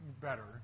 better